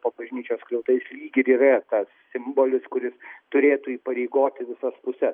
po bažnyčios skliautais lyg ir yra tas simbolis kuris turėtų įpareigoti visas puses